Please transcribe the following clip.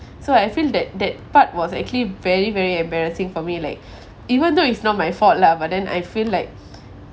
so I feel that that part was actually very very embarrassing for me like even though it's not my fault lah but then I feel like